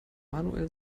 samuel